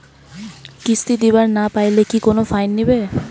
কিস্তি দিবার না পাইলে কি কোনো ফাইন নিবে?